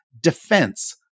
defense